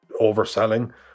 overselling